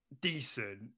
decent